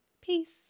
peace